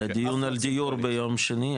היה דיון על דיור ביום שני,